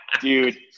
Dude